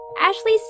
Ashley